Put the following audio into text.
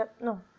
no